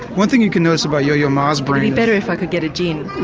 one thing you can notice about yo yo ma's but better if i could get a gin. yeah.